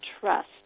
trust